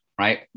right